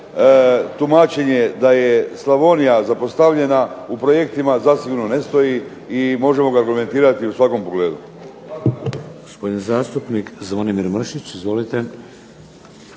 tumačenje da je Slavonija zapostavljena u projektima zasigurno ne stoji, i možemo ga argumentirati u svakom pogledu.